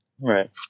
Right